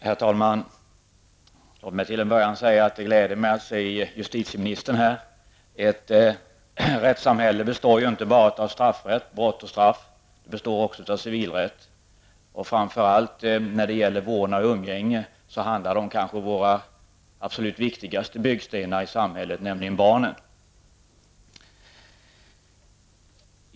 Herr talman! Låt mig till en början säga att det gläder mig att se justitieministern här. Ett rättssamhälle bygger ju inte enbart på straffrätt, regler om brott och straff, utan också på civilrätt. Reglerna för vårdnad och umgänge handlar om de kanske absolut viktigaste byggstenarna i samhället, nämligen barnen.